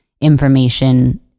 information